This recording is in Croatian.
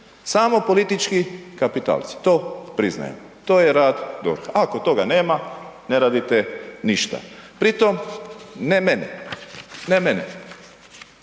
samo politički kapitalci, to priznajem, to je rad DORH-a, ako toga nema ne radite ništa. Pri tom ne mene, ne mene,